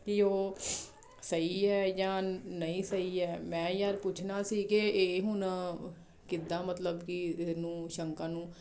ਕਿ ਉਹ ਸਹੀ ਹੈ ਜਾਂ ਨਹੀਂ ਸਹੀ ਹੈ ਮੈਂ ਯਾਰ ਪੁੱਛਣਾ ਸੀ ਕਿ ਇਹ ਹੁਣ ਕਿੱਦਾਂ ਮਤਲਬ ਕਿ ਇਹਨੂੰ ਸ਼ੰਕਾ ਨੂੰ